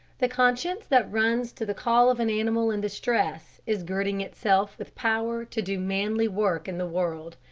the conscience that runs to the call of an animal in distress is girding itself with power to do manly work in the world.